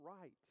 right